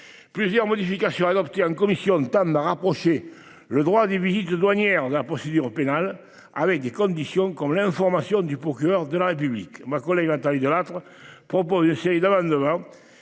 Plusieurs modifications adoptées en commission de rapprocher le droit à des visites douanières dans la procédure pénale. Ah oui des conditions comme l'information du procureur de la République, ma collègue Nathalie Delattre propose une série d'amendements